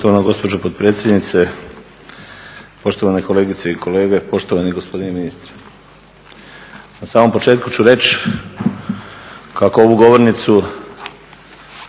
Hvala vam